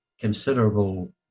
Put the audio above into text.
considerable